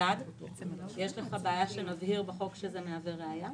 אלעד, יש לך בעיה שנבהיר בחוק שזה מהווה ראיה?